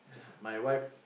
my wife